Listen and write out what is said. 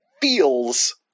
feels